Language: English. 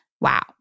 Wow